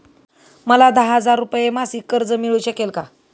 मला दहा हजार रुपये मासिक कर्ज मिळू शकेल का?